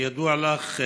כידוע לך,